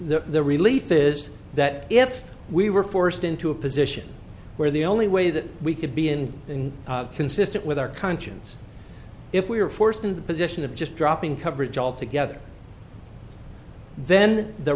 the relief is that if we were forced into a position where the only way that we could be in and consistent with our conscience if we were forced in the position of just dropping coverage altogether then the